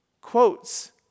quotes